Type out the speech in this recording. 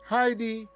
Heidi